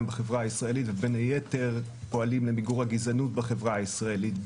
בחברה הישראלית ובין היתר פועלים למיגור הגזענות בחברה הישראלית.